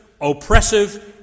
oppressive